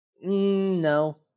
No